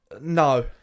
No